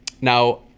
now